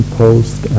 post